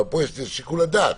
פה יש שיקול דעת.